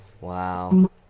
wow